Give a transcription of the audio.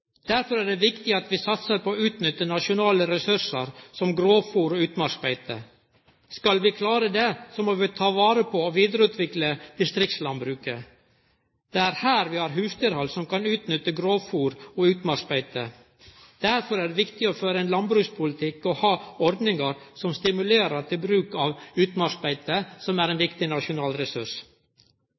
Derfor er det viktig at vi satsar på å utnytte nasjonale ressursar som grovfôr og utmarksbeite. Skal vi klare det, må vi ta vare på og vidareutvikle distriktslandbruket. Det er her vi har husdyrhald som kan utnytte grovfôr og utmarksbeite. Derfor er det viktig å føre ein landbrukspolitikk og ha ordningar som stimulerer til bruk av utmarksbeite, som er ein viktig nasjonal ressurs.